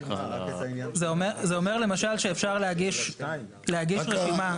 זה אומר למשל שאפשר להגיש רשימה,